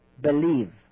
believe